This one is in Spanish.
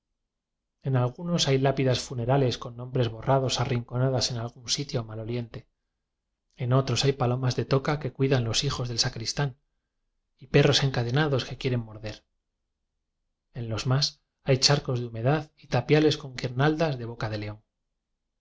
algunos hay lápidas funerales con nombres borrados arrinconadas en algún sitio mal oliente en otros hay palomas de toca que cuidan los hijos del sacristán y perros encadenados que quieren morder en los más hay charcos de humedad y ta piales con guirnaldas de boca de león